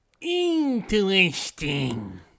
Interesting